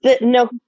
No